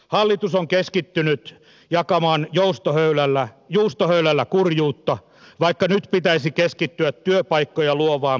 hallitus on keskittynyt jakamaan juustohöy lällä kurjuutta vaikka nyt pitäisi keskittyä työpaikkoja luovaan politiikkaan